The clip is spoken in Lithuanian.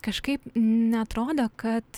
kažkaip neatrodė kad